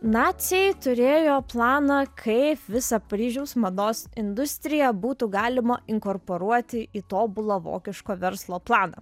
naciai turėjo planą kaip visą paryžiaus mados industriją būtų galima inkorporuoti į tobulo vokiško verslo planą